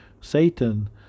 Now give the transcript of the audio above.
Satan